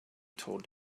told